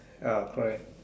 ya correct